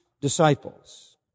disciples